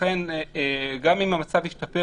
לכן גם אם המצב ישתפר,